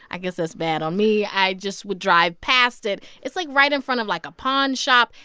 i guess that's bad on me. i just would drive past it. it's, like, right in front of, like, a pawn shop.